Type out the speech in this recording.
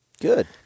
Good